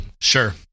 Sure